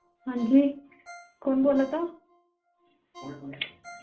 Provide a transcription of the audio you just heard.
हां जी कौन बोला दा